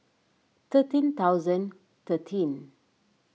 thirteen thousand thirteen